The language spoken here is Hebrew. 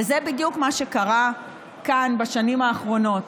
וזה בדיוק מה שקרה כאן בשנים האחרונות.